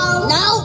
no